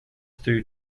through